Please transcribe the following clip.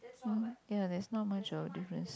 mm ya there's not much of a difference